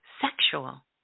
sexual